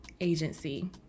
agency